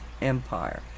Empire